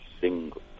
single